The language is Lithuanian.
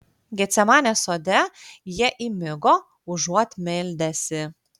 getsemanės sode jie įmigo užuot meldęsi